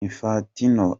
infantino